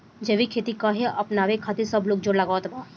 जैविक खेती काहे अपनावे खातिर सब लोग जोड़ लगावत बा?